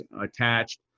attached